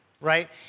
right